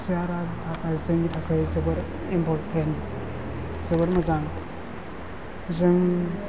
सियारा जोंनि थाखाय जोबोर इम्फरटेन्ट जोबोर मोजां जों